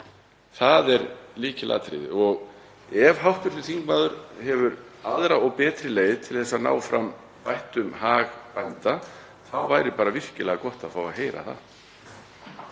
Það er lykilatriði. Ef hv. þingmaður hefur aðra og betri leið til að ná fram bættum hag bænda þá væri bara virkilega gott að fá að heyra það.